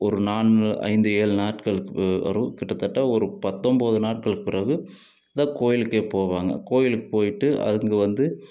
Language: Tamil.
ஒரு நான்கு ஐந்து ஏழு நாட்களுக்கு வரும் கிட்டதட்ட ஒரு பத்தொம்போது நாட்களுக்கு பிறகு அந்த கோவிலுக்கே போவாங்க கோவிலுக்கு போய்ட்டு அங்கே வந்து